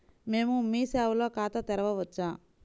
మేము మీ సేవలో ఖాతా తెరవవచ్చా?